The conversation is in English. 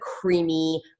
creamy